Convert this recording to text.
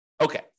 Okay